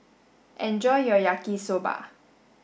enjoy your Yaki Soba